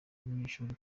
abanyeshuri